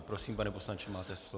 Prosím, pane poslanče, máte slovo.